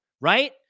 Right